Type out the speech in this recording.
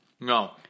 No